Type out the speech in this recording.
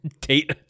date